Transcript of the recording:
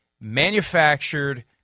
manufactured